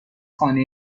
خانه